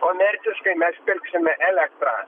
komerciškai mes pirksime elektrą